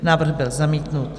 Návrh byl zamítnut.